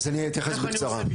אז אני אתייחס בקצרה.